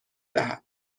دهد